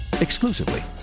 exclusively